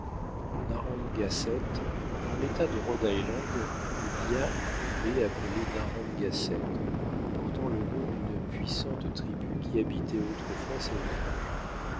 n gasette dans l'état de rhode lsland il y a une baie appelée narrangaset portant le nom d'une puissante tribu qui habitait autrefois ces rivages